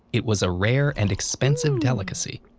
it was a rare and expensive delicacy.